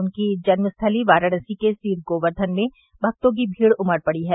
उनकी जन्म स्थली वाराणसी के सीर गोवर्धन में भक्तों की भीड उमड़ पड़ी है